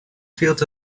fields